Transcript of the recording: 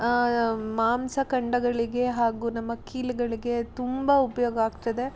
ಮಾಂಸ ಖಂಡಗಳಿಗೆ ಹಾಗು ನಮ್ಮ ಕೀಲುಗಳಿಗೆ ತುಂಬ ಉಪಯೋಗ ಆಗ್ತದೆ